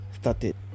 started